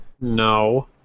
No